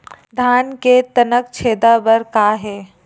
धान के तनक छेदा बर का हे?